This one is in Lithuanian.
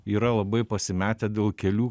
yra labai pasimetę dėl kelių